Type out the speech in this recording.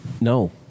no